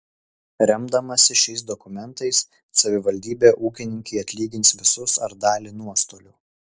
remdamasi šiais dokumentais savivaldybė ūkininkei atlygins visus ar dalį nuostolių